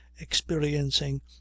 experiencing